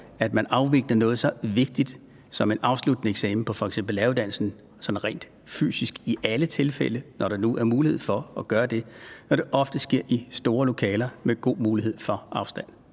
at man afvikler noget så vigtigt som en afsluttende eksamen på f.eks. læreruddannelsen sådan rent fysisk i alle tilfælde, når der nu er mulighed for at gøre det, og når det ofte sker i store lokaler med god mulighed for afstand?